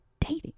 dating